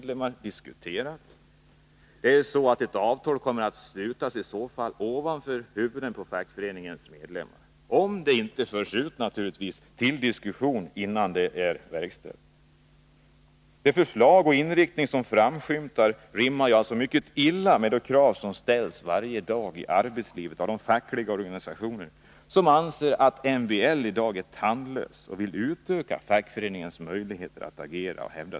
Det är då på det sättet att ett avtal kommer att slutas ovanför huvudena på fackföreningens medlemmar, om det inte förs ut till diskussion före verkställandet. De förslag och den inriktning som framskymtar rimmar mycket illa med de krav som ställs varje dag i arbetslivet av de fackliga organisationerna, som anser att medbestämmandelagen är tandlös och vill utöka fackföreningens rättigheter.